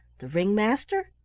the ring-master,